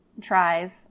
tries